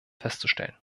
festzustellen